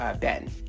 Ben